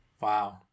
Wow